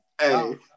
Hey